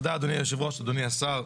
תודה אדוני יושב הראש, אדוני השר.